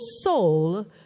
soul